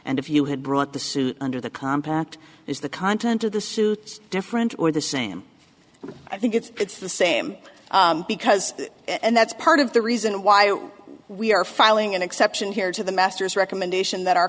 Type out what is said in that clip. and if you had brought the suit under the compact is the content of the suit different or the same but i think it's the same because and that's part of the reason why we are filing an exception here to the master's recommendation that